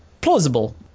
plausible